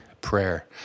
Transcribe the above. prayer